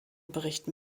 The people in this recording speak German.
berichten